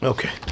Okay